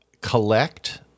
collect